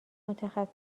متخصص